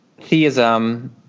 theism